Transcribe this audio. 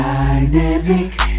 Dynamic